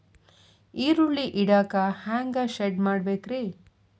ಈರುಳ್ಳಿ ಇಡಾಕ ಹ್ಯಾಂಗ ಶೆಡ್ ಮಾಡಬೇಕ್ರೇ?